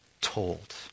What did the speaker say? told